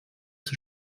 zur